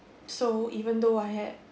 so even though I had